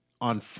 on